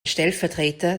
stellvertreter